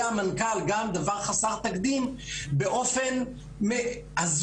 המנכ"ל - גם דבר חסר תקדים - באופן הזוי: